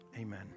Amen